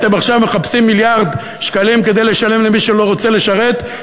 אתם עכשיו מחפשים מיליארד שקלים כדי לשלם למי שלא רוצה לשרת,